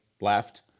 left